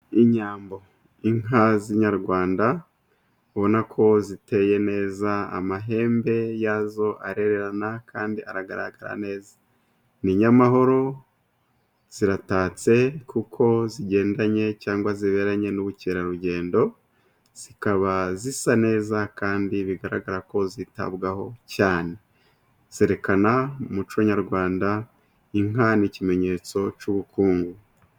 Inyambo : Inka z'iinyarwanda ubona ko ziteye neza, amahembe yazo arererana kandi aragaragara neza. Ni inyamahoro, ziratatse kuko zigendanye cyangwa ziberanye n'ubukerarugendo, zikaba zisa neza kandi bigaragara ko zitabwaho cyane, zerekana umuco nyarwanda. Inka ni ikimenyetso cy'ubukungu.